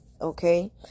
Okay